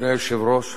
אדוני היושב-ראש,